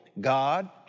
God